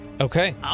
Okay